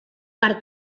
per